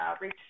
reach